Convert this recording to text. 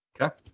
Okay